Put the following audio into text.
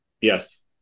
Yes